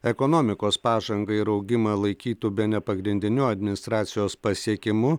ekonomikos pažangą ir augimą laikytų bene pagrindiniu administracijos pasiekimu